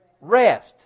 rest